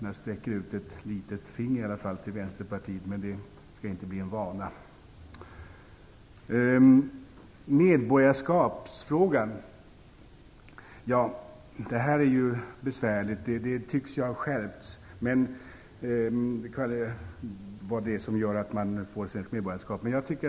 Jag sträcker här ut ett litet finger till Vänsterpartiet, men det skall inte bli en vana. Medborgarskapsfrågan är besvärlig. Det tycks ha skett en skärpning i fråga om vad som gäller för att man skall få svenskt medborgarskap.